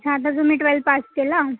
अच्छा आता तुम्ही ट्वेल पास केलं